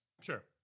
sure